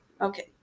Okay